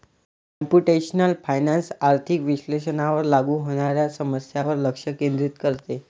computational finance आर्थिक विश्लेषणावर लागू होणाऱ्या समस्यांवर लक्ष केंद्रित करते